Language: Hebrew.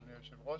אדוני היושב-ראש.